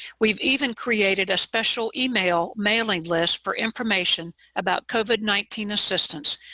we've even created a special email mailing list for information about covid nineteen assistance,